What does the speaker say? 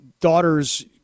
Daughters